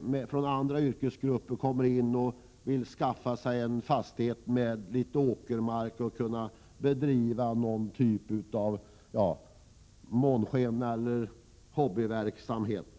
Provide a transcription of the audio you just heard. människor från andra yrkesgrupper kommer in och vill skaffa sig en fastighet med litet åkermark för att kunna bedriva någon typ av månskensjordbruk eller hobbyverksamhet.